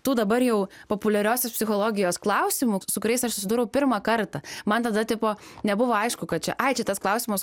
tų dabar jau populiariosios psichologijos klausimų su kuriais aš susidūriau pirmą kartą man tada tipo nebuvo aišku kad čia ai čia tas klausimas